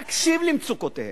תקשיב למצוקותיהם.